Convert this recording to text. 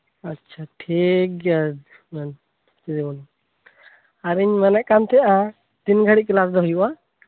ᱟᱪᱪᱷᱟ ᱴᱷᱤᱠᱜᱮᱭᱟ ᱛᱟᱦᱞᱮ ᱫᱤᱫᱤᱢᱚᱱᱤ ᱟᱨᱤᱧ ᱢᱮᱱ ᱮᱫ ᱛᱟᱸᱦᱮᱜᱼᱟ ᱛᱤᱱ ᱜᱷᱟᱹᱲᱤᱡ ᱠᱮᱞᱟᱥ ᱫᱚ ᱦᱩᱭᱩᱜᱼᱟ